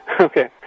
Okay